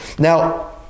Now